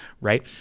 right